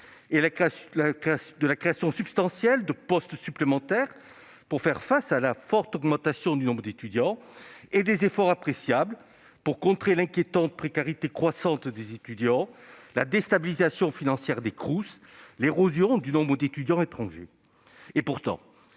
de la création substantielle de postes supplémentaires pour faire face à la forte augmentation du nombre d'étudiants et des efforts appréciables pour contrer l'inquiétante précarité croissante des étudiants, la déstabilisation financière des Crous et l'érosion du nombre d'étudiants étrangers. Pourtant,